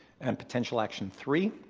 and potential action three,